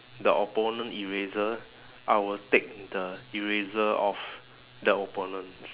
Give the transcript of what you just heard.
the opponent eraser I will take the eraser off the opponents